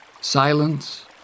silence